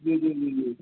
جی جی جی جی